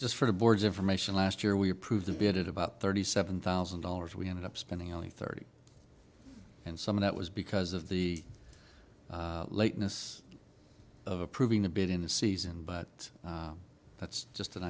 just for the board's information last year we approved the bid at about thirty seven thousand dollars we ended up spending only thirty and some of that was because of the lateness of approving a bit in the season but that's just an